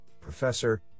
Professor